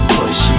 push